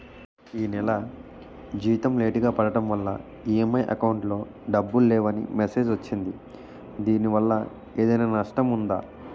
ఈ నెల జీతం లేటుగా పడటం వల్ల ఇ.ఎం.ఐ అకౌంట్ లో డబ్బులు లేవని మెసేజ్ వచ్చిందిదీనివల్ల ఏదైనా నష్టం ఉందా?